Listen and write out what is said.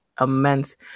immense